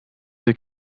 with